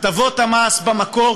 הטבות המס במקור,